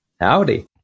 Howdy